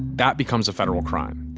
that becomes a federal crime.